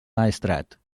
maestrat